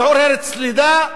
מעוררת סלידה,